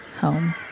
home